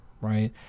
right